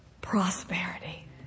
prosperity